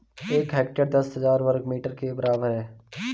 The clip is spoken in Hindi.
एक हेक्टेयर दस हजार वर्ग मीटर के बराबर है